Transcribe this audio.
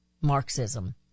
Marxism